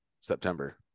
September